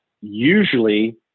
usually